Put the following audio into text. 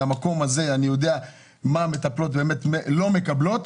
אני יודע מה המטפלות באמת לא מקבלות.